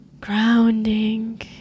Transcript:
grounding